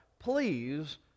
Please